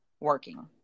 working